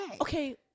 Okay